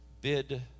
bid